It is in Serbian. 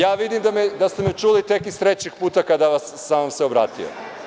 Ja vidim da ste me čuli tek iz trećeg puta, kada sam vam se obratio.